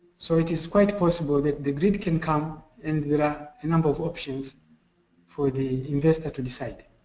so it is quite possible that the grid can come and there are a number of options for the investor to decide.